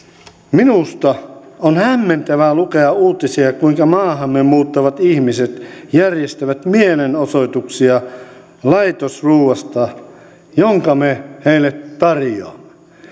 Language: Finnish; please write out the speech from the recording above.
minusta on hämmentävää lukea uutisia kuinka maahamme muuttavat ihmiset järjestävät mielenosoituksia laitosruuasta jonka me heille tarjoamme